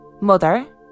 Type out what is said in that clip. Mother